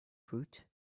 fruit